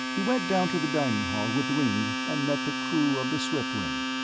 he went down to the dining hall with ringg and met the crew of the swiftwing.